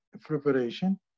preparation